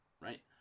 Right